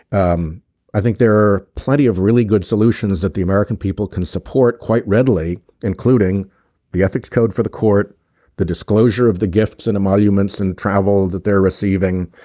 um i think there are plenty of really good solutions that the american people can support quite readily including the ethics code for the court the disclosure of the gifts and emoluments and travel that they're receiving.